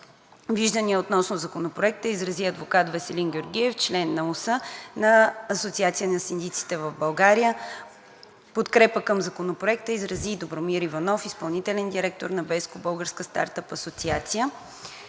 Виждания относно Законопроекта изрази адвокат Веселин Георгиев – член на УС на Асоциацията на синдиците в България. Подкрепа към Законопроекта изрази Добромир Иванов – изпълнителен директор на BESCO – Българската стартъп асоциация.